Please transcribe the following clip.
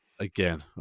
again